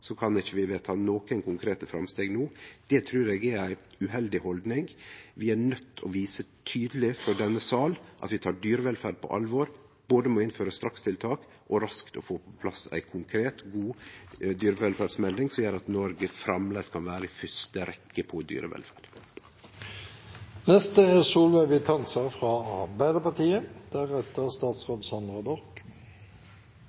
kan vi ikkje vedta nokon konkrete framsteg no. Det trur eg er ei uheldig haldning. Vi er nøydde til å vise tydeleg frå denne sal at vi tar dyrevelferd på alvor, ved både å innføre strakstiltak og raskt å få på plass ei konkret og god dyrevelferdsmelding som gjer at Noreg framleis kan vere i fyrste rekke på dyrevelferd. La det ikke være noen tvil: For Arbeiderpartiet er